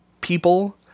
people